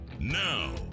Now